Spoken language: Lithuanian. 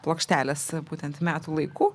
plokštelės būtent metų laikų